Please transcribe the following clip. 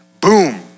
boom